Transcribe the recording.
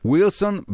Wilson